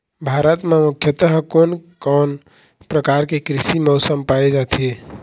भारत म मुख्यतः कोन कौन प्रकार के कृषि मौसम पाए जाथे?